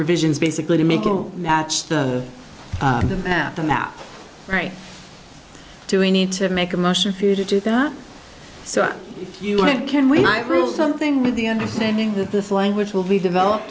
revisions basically to make matched the map a map right do we need to make a motion for you to do that so you can we might rule something with the understanding that this language will be developed